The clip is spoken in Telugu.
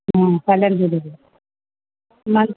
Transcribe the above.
కళ్యాణ్ జువెలర్స్ దగ్గర మంచి